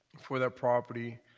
for that property